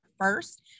first